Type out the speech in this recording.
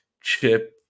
chip